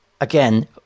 Again